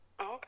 Okay